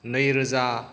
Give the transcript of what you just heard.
नैरोजा